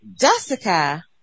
Jessica